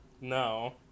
No